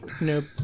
Nope